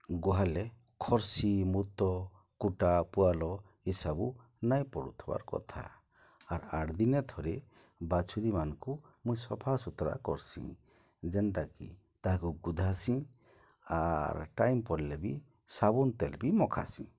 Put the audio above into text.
ଗୁହାଲେ ଖର୍ସି ମୁତ କୁଟା ପୁଆଲ ଇସବୁ ନାଇଁ ପଡ଼ୁଥିବାର୍ କଥା ଆର୍ ଆଠ୍ଦିନେ ଥରେ ବାଛୁରିମାନକୁ ମୁଇଁ ସଫାସୁତୁରା କର୍ସିଁ ଯେନ୍ଟାକି ତାହାକୁ ଗୁଧାସିଁ ଆର୍ ଟାଇମ୍ ପଡ଼୍ଲେ ବି ସାବୁନ୍ ତେଲ୍ ବି ମଖାସିଁ